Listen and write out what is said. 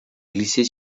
glissait